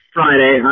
Friday